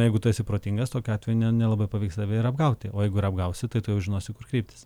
na jeigu tu esi protingas tokiu atveju nelabai pavyks tave ir apgauti o jeigu ir apgausi tai tu jau žinosi kur kreiptis